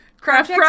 craft